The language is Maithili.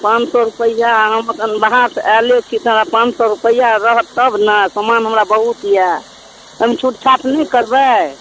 पाॅंच सए रुपैआ आ हम कनी बहार सऽ आयले छी तऽ पाॅंच सए रुपैआ रहत तब ने समान हमरा बहुत अए कनी छूट छाट नहि करबै